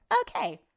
Okay